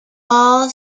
all